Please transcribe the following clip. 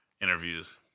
interviews